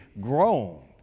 grown